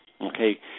okay